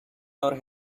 our